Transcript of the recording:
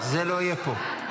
זה לא יהיה פה.